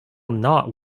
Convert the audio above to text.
not